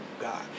God